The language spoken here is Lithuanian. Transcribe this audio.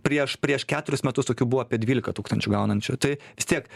prieš prieš keturis metus tokių buvo apie dvylika tūkstančių gaunančių tai vis tiek